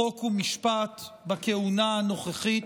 חוק משפט בכהונה הנוכחית.